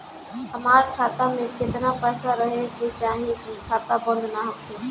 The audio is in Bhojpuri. हमार खाता मे केतना पैसा रहे के चाहीं की खाता बंद ना होखे?